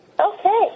Okay